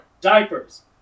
diapers